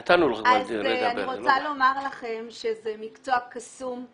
אני רוצה לומר לכם שזה מקצוע קסום.